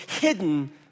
hidden